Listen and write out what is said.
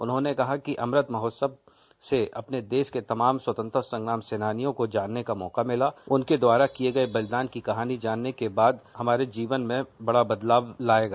उन्होंने कहा कि अमृत महोत्सव से अपने देश के तमाम स्वतंत्रता संग्राम सेनानियों को जानने का मौका मिला है उनके द्वारा किया गया बलिदान की कहानी जानने के बाद हमारे जीवन में बड़ा बदलाव लाएगा